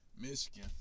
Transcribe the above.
Michigan